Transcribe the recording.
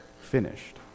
finished